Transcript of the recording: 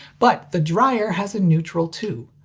but the dryer has a neutral, too.